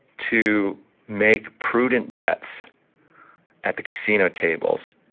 to make prudent bets at the casino tables,